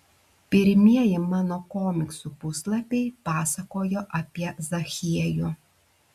pirmieji mano komiksų puslapiai pasakojo apie zachiejų